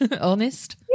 honest